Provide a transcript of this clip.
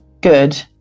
good